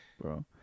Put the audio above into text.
Bro